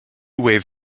wave